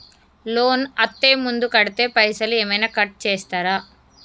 Loan అత్తే ముందే కడితే పైసలు ఏమైనా కట్ చేస్తరా?